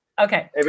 Okay